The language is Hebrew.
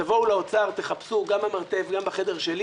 תבואו לאוצר, תחפשו גם במרתף, גם בחדר שלי